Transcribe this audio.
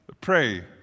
pray